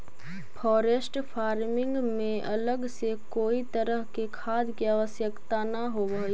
forest farming में अलग से कोई तरह के खाद के आवश्यकता न होवऽ हइ